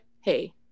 hey